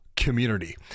community